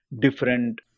different